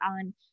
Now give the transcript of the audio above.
on